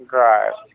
Drive